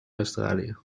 australië